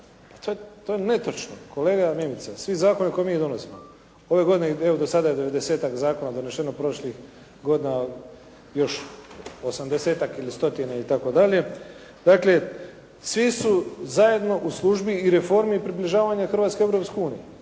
To je netočno. Kolega Mimica, svi zakoni koje mi donosimo, ove godine ih je evo do sada je 90-ak zakona doneseno, prošlih godina još 80-ak ili 100 itd.. Dakle, svi su zajedno u službi i reformi približavanje Hrvatskoj uniji,